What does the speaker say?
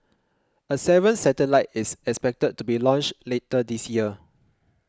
a seventh satellite is expected to be launched later this year